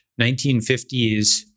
1950s